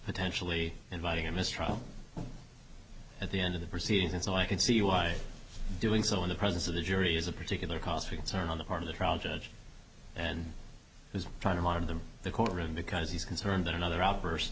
potentially inviting a mistrial at the end of the proceedings and so i can see why doing so in the presence of the jury is a particular cause for concern on the part of the trial judge and is trying to monitor the courtroom because he's concerned that another outburst